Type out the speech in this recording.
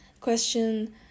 Question